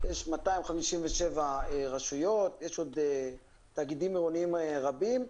יש 275 רשויות, יש עוד תאגידים עירוניים רבים.